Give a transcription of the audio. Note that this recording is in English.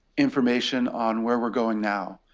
information on where we're going now.